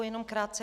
Jenom krátce.